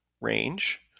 range